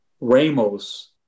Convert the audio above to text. Ramos